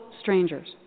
strangers